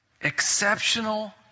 exceptional